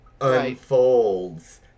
unfolds